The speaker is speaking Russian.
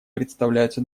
представляются